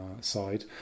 side